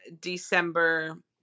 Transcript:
December